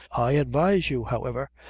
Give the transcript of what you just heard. i advise you, however,